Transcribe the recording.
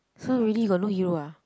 so really got no hero ah